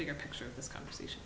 bigger picture of this conversation